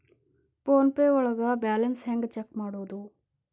Phone pay ಒಳಗ balance ಹೆಂಗ್ check ಮಾಡುವುದು?